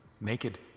naked